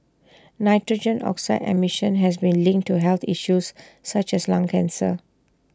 nitrogen oxide emission has been linked to health issues such as lung cancer